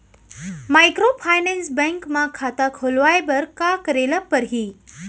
Microfinance bank म खाता खोलवाय बर का करे ल परही?